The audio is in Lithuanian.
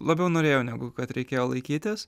labiau norėjau negu kad reikėjo laikytis